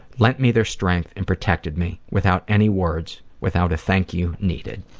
lent me their strength, and protected me without any words. without a thank you needed.